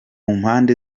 mpande